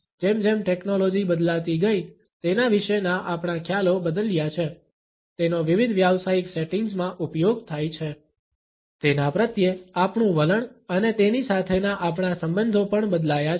જેમ જેમ ટેકનોલોજી બદલાતી ગઈ તેના વિશેના આપણા ખ્યાલો બદલ્યા છે તેનો વિવિધ વ્યાવસાયિક સેટિંગ્સમાં ઉપયોગ થાય છે તેના પ્રત્યે આપણું વલણ અને તેની સાથેના આપણા સંબંધો પણ બદલાયા છે